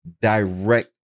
direct